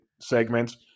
segments